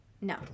No